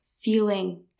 feeling